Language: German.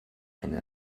eine